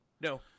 No